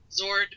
zord